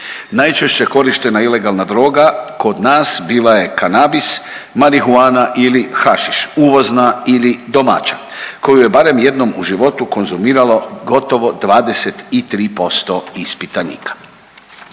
Najčešće korištena ilegalna droga kod nas bila je kanabis, marihuana ili hašiš uvozna ili domaća koju je barem jednom u životu konzumiralo gotovo 23% ispitanika.